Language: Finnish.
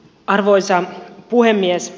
arvoisa puhemies